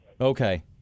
Okay